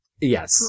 yes